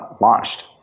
launched